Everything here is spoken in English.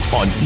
on